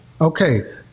Okay